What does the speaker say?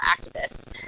activists